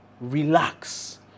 relax